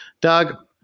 Doug